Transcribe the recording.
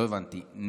לא הבנתי,